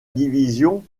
division